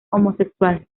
homosexual